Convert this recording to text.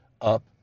up